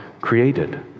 created